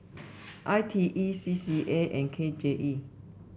I T E C C A and K J E